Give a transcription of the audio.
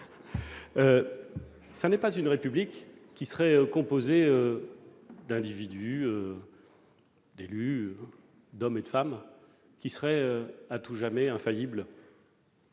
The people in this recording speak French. ce n'est pas une République qui serait composée d'individus, d'élus, d'hommes et de femmes, à tout jamais infaillibles.